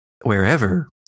wherever